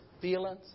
feelings